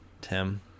Tim